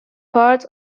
part